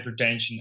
hypertension